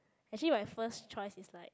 actually my first choice is like